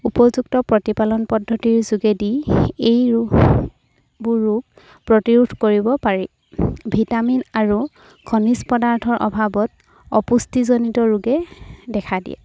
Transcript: উপযুক্ত প্ৰতিপালন পদ্ধতিৰ যোগেদি এই ৰোগবোৰো প্ৰতিৰোধ কৰিব পাৰি ভিটামিন আৰু খনিজ পদাৰ্থৰ অভাৱত অপুষ্টিজনিত ৰোগে দেখা দিয়ে